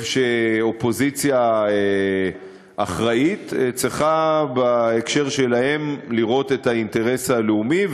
שאופוזיציה אחראית צריכה בהקשר שלהם לראות את האינטרס הלאומי,